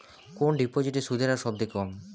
কোন ডিপোজিটে সুদের হার সবথেকে কম?